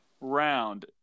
round